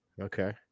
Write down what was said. Okay